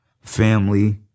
family